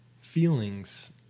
feelings